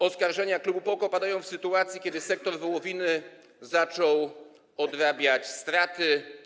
Oskarżenia klubu PO-KO padają w sytuacji, kiedy sektor wołowiny zaczął odrabiać straty.